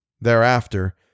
Thereafter